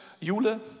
Jule